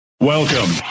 Welcome